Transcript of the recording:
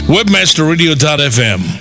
WebmasterRadio.fm